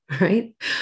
right